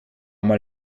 mal